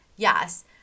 yes